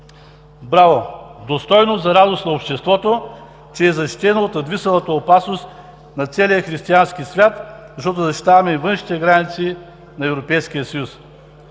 Браво! Достойно за радост на обществото, че е защитено от надвисналата опасност над целия християнски свят, защото защитаваме и външните граници на Европейския съюз.